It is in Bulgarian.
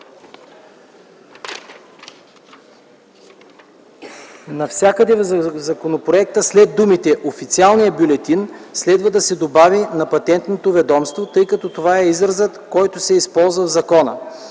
Навсякъде в законопроекта след думите „Официалния бюлетин” следва да се добави „на Патентното ведомство”, тъй като това е изразът, който се използва в закона.